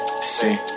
See